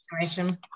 situation